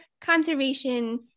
conservation